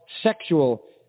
sexual